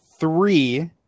Three